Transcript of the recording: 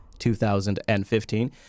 2015